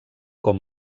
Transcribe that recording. com